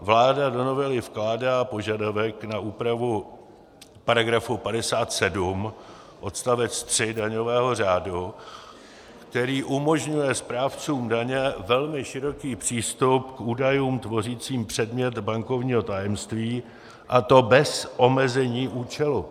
Vláda do novely vkládá požadavek na úpravu § 57 odst. 3 daňového řádu, který umožňuje správcům daně velmi široký přístup k údajům tvořícím předmět bankovního tajemství, a to bez omezení účelu.